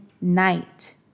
night